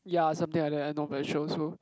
ya something like that I not very sure also